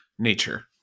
Nature